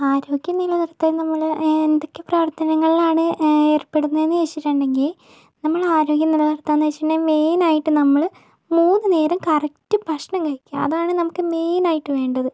ആരോഗ്യം നിലനിർത്താൻ നമ്മൾ എന്തൊക്കെ പ്രവർത്തനങ്ങളാണ് ഏർപ്പെടുന്നതെന്ന് ചോദിച്ചിട്ടുണ്ടെങ്കിൽ നമ്മൾ ആരോഗ്യം നിലനിർത്താൻ വച്ചിട്ടുണ്ടെങ്കിൽ മെയ്നായിട്ട് നമ്മള് മൂന്ന് നേരം കറക്റ്റ് ഭക്ഷണം കഴിക്കുക അതാണ് നമുക്ക് മെയിൻ ആയിട്ട് വേണ്ടത്